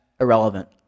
irrelevant